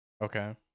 Okay